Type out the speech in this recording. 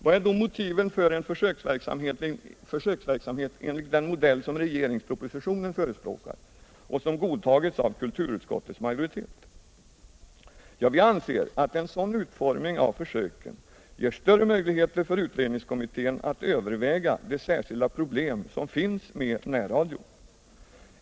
Vad är då motiven för en försöksverksamhet enligt den modell som förespråkas i regeringspropositionen och som godtagils av kulturutskottets majoritet? Vi anser att en sådan utformning av försöken ger större möjligheter för utredningskommittén att överväga de särskilda problem som finns med närradio.